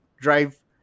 drive